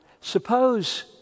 suppose